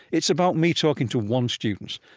it's about me talking to one student.